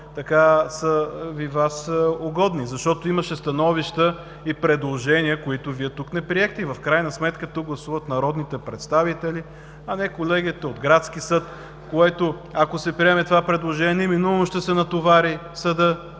така са Ви угодни. Защото имаше становища и предложения, които Вие тук не приехте. В крайна сметка тук гласуват народните представители, а не колегията от Градския съд. Ако се приеме това предложение, съдът неминуемо ще се натовари с